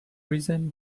reason